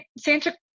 Santa